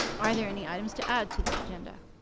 are there any items to add to the agenda?